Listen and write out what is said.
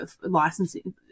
licensing